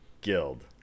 guild